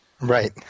Right